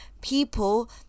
people